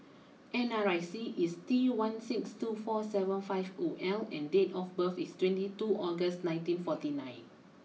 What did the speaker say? N R I C is T one six two four seven five zero L and date of birth is twenty two August nineteen forty nine